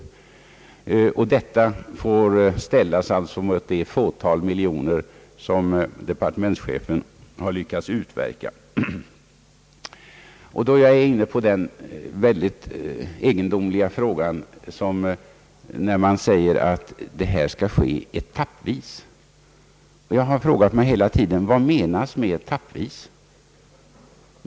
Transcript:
Denna utveckling får ställas mot det fåtal miljoner som departementschefen har lyckats utverka. Det är mycket egendomligt när man säger att detta skall ske etappvis. Jag har hela tiden frågat mig vad som avses med etappvis.